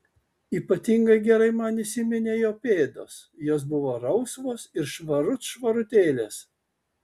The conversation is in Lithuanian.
ypatingai gerai man įsiminė jo pėdos jos buvo rausvos ir švarut švarutėlės